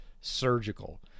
surgical